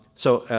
so,